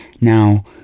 Now